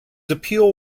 appeal